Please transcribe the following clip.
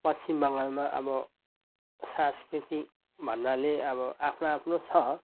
पश्चिम बङ्गालमा अब सांस्कृतिक भन्नाले अब आफ्नो आफ्नो छ